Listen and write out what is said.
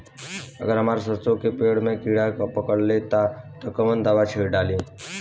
अगर हमार सरसो के पेड़ में किड़ा पकड़ ले ता तऽ कवन दावा डालि?